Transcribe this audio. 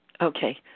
Okay